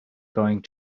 going